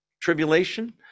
tribulation